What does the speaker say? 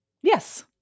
yes